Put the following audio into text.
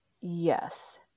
Yes